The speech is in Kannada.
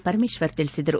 ಪರಮೇಶ್ವರ್ ತಿಳಿಸಿದರು